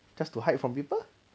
just to hide from people